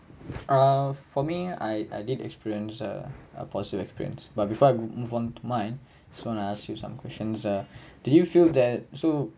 uh for me I I did experience a a positive experience but before I move move on mine soon I ask you some questions ah did you feel that so